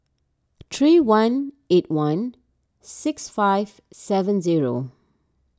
three one eight one six five seven zero